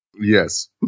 Yes